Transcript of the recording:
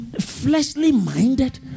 fleshly-minded